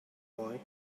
boy